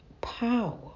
power